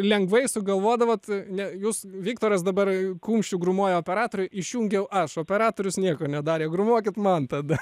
lengvai sugalvodavot ne jūs viktoras dabar kumščiu grūmoja operatoriui išjungiau aš operatorius nieko nedarė grūmokit man tada